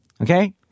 okay